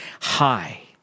high